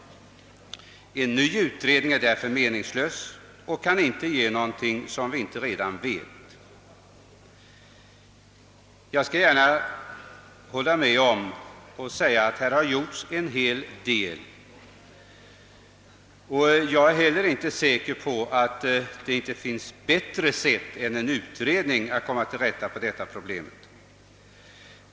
En ny utredning är därför meningslös — den kan inte ge någonting som vi inte redan vet, menar utskottet. Jag skall gärna hålla med om att här har gjorts en hel del, och jag är beller inte säker på att det inte finns bättre sätt än en utredning att komma till rätta med problemet.